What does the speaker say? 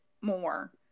more